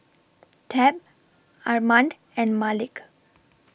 Tab Armand and Malik